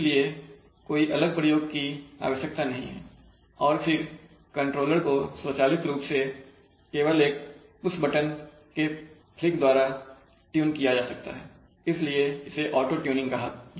इसलिए कोई अलग प्रयोग की आवश्यकता नहीं है और फिर कंट्रोलर को स्वचालित रूप से केवल एक पुश बटन के फ्लिक द्वारा ट्यून किया जा सकता है इसलिए इसे ऑटो ट्यूनिंग कहा जाता है